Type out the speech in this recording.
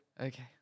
Okay